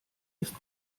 ist